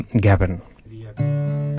Gavin